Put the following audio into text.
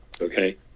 Okay